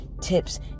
tips